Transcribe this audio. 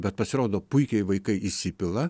bet pasirodo puikiai vaikai įsipila